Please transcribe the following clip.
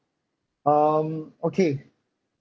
um okay